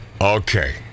Okay